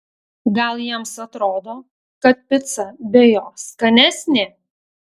gal jiems atrodo kad pica be jo skanesnė